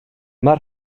mae